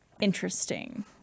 Interesting